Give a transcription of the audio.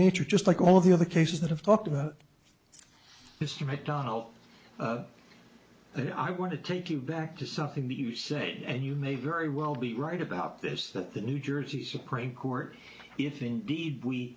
nature just like all the other cases that i've talked about this mcdonnell that i want to take you back to something that you say and you may very well be right about this that the new jersey supreme court if indeed we